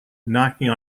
knocking